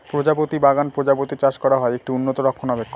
প্রজাপতি বাগান প্রজাপতি চাষ করা হয়, একটি উন্নত রক্ষণাবেক্ষণ